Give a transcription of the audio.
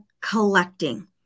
collecting